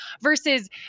versus